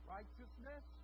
Righteousness